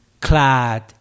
clad